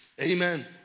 Amen